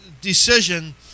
decision